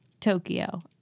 Tokyo